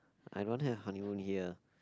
I don't have honeymoon here